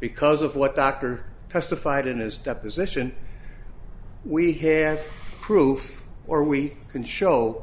because of what dr testified in his deposition we have proof or we can show